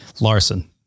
Larson